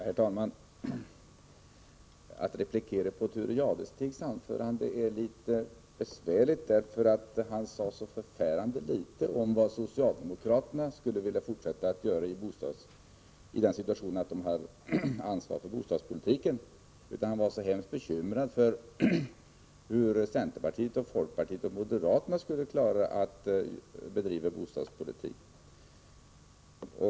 Herr talman! Att replikera på Thure Jadestigs anförande är litet besvärligt, eftersom han sade så förfärande litet om vad socialdemokraterna skulle vilja fortsätta att göra, om den situationen uppstår att de skulle få fortsatt ansvar för bostadspolitiken. Han var i stället väldigt bekymrad för hur centerpartiet, folkpartiet och moderaterna skulle klara att bedriva bostadspolitik.